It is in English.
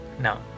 No